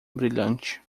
brilhante